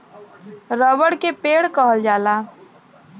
रबड़ के पेड़ कहल जाला